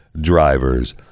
drivers